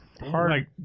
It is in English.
Hard